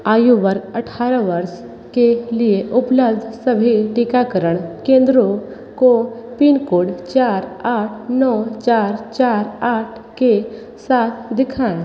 आयु वर्ग अठारह वर्ष के लिए उपलब्ध सभी टीकाकरण केंद्रों को पिनकोड चार आठ नौ चार चार आठ के साथ दिखाएँ